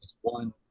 one